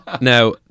Now